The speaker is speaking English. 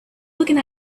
looking